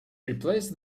replace